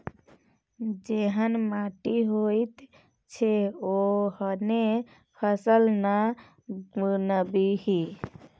जेहन माटि होइत छै ओहने फसल ना बुनबिही